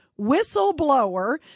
whistleblower